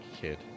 kid